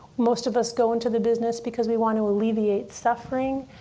most of us go into the business because we want to alleviate suffering.